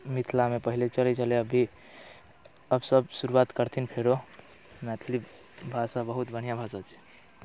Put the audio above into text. मिथिलामे पहले चलैत छलै अभी अब सभ शुरुआत करथिन फेरो मैथिली भाषा बहुत बढ़िआँ भाषा छै